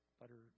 butter